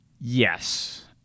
Yes